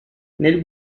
nel